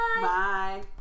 Bye